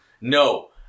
No